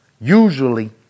usually